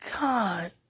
God